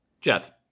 Jeff